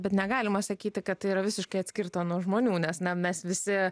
bet negalima sakyti kad tai yra visiškai atskirta nuo žmonių nes na mes visi